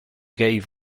gave